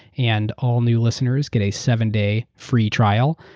and all new listeners get a seven day free trial.